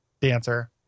dancer